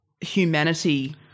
humanity